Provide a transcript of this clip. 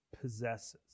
possesses